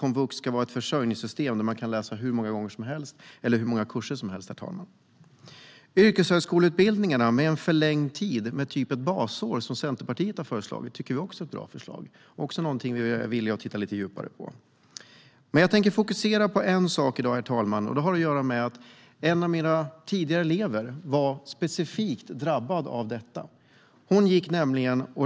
Komvux ska inte vara ett försörjningssystem där man kan läsa hur många gånger eller hur många kurser som helst. Centerpartiets förslag att förlänga yrkeshögskoleutbildningarna med ett basår är också bra. Det är vi också villiga att titta mer på. Herr talman! Jag tänker fokusera på en sak i dag eftersom en av mina tidigare elever var drabbad av just detta.